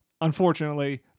Unfortunately